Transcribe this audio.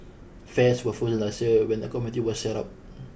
fares were frozen last year when the committee was set up